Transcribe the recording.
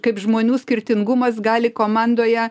kaip žmonių skirtingumas gali komandoje